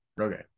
Okay